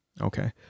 Okay